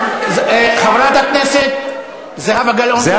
חברת הכנסת זהבה גלאון,